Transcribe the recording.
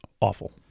awful